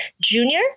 junior